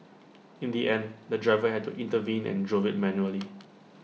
in the end the driver had to intervene and drove IT manually